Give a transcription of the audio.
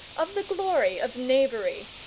of the glory of knavery,